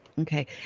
Okay